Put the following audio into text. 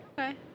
Okay